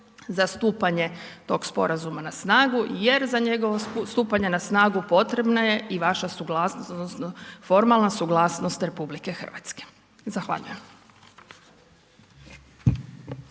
za stupanje tog sporazuma na snagu jer za njegovo stupanje na snagu potrebna je i vaša suglasnost odnosno formalna suglasnost RH. Zahvaljujem.